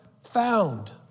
found